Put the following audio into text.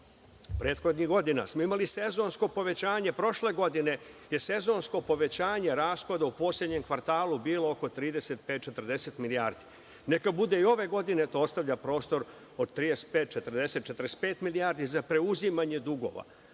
prethodnih godina smo imali sezonsko povećanje, a prošle godine je sezonsko povećanje rashoda u poslednjem kvartalu bilo oko 35,40 milijardi. Neka bude i ove godine, to ostavlja prostor od 35,40,45 milijardi za preuzimanje dugova,